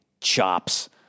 chops